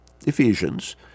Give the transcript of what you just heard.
Ephesians